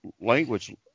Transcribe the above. language